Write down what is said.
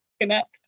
connect